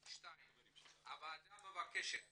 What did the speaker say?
2. הוועדה מבקשת